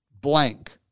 blank